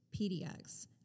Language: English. PDX